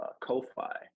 Ko-Fi